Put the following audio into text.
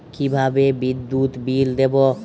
কিভাবে বিদ্যুৎ বিল দেবো?